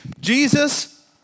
Jesus